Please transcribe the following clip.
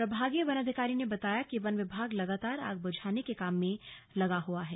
प्रभागीय वन अधिकारी ने बताया कि वन विभाग लगातार आग बुझाने के काम में लगा हुआ है